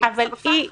לצורך העניין,